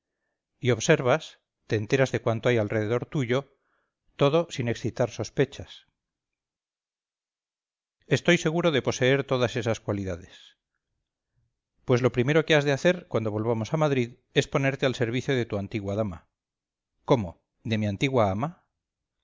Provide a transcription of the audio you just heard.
y observas te enteras de cuanto hay alrededor tuyo todo sin excitar sospechas estoy seguro de poseer todas esas cualidades pues lo primero que has de hacer cuando volvamos a madrid es ponerte al servicio de tu antigua ama cómo de mi antigua ama